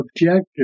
objective